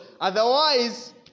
otherwise